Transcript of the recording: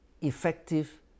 effective